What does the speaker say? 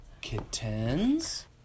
Kittens